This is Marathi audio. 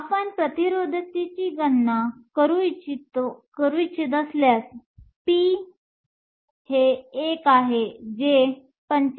आपण प्रतिरोधकतेची गणना करू इच्छित असल्यास ρ 1 आहे जे 45